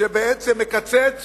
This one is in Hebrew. שבעצם מקצץ